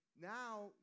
now